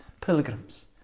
pilgrims